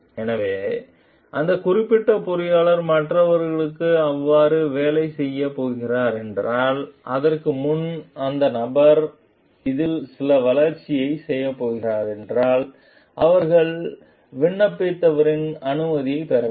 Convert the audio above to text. எனவே அந்த குறிப்பிட்ட பொறியாளர் மற்றவர்களுக்கு அவ்வாறு வேலை செய்யப் போகிறார் என்றால் அதற்கு முன் அந்த நபர் அதில் சில வளர்ச்சிகளைச் செய்யப் போகிறார் என்றால் அவர்கள் விண்ணப்பித்தவரின் அனுமதியைப் பெற வேண்டும்